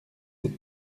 sept